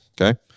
Okay